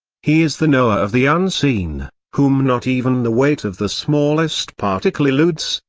he is the knower of the unseen, whom not even the weight of the smallest particle eludes,